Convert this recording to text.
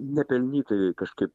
nepelnytai kažkaip